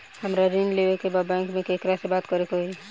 हमरा ऋण लेवे के बा बैंक में केकरा से बात करे के होई?